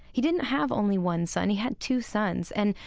he didn't have only one son. he had two sons. and,